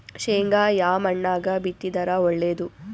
ಶೇಂಗಾ ಯಾ ಮಣ್ಣಾಗ ಬಿತ್ತಿದರ ಒಳ್ಳೇದು?